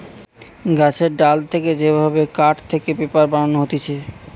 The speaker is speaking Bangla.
গাছের ডাল থেকে যে ভাবে কাঠ থেকে পেপার বানানো হতিছে